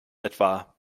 etwa